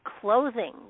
clothing